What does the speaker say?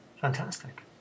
Fantastic